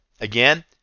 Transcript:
Again